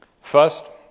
First